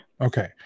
Okay